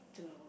to